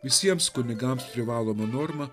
visiems kunigams privalomą normą